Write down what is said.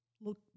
look